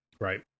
Right